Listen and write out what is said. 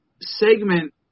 segment